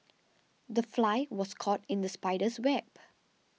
the fly was caught in the spider's web